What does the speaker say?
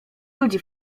ludzi